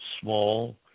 small